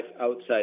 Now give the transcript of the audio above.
outside